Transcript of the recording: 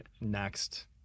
next